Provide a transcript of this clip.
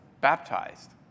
baptized